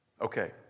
Okay